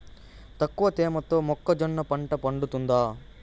తక్కువ తేమతో మొక్కజొన్న పంట పండుతుందా?